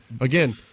again